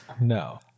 No